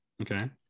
okay